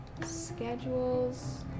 schedules